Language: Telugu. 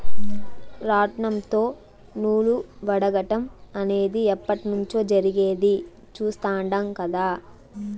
రాట్నంతో నూలు వడకటం అనేది ఎప్పట్నుంచో జరిగేది చుస్తాండం కదా